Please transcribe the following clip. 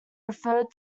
referred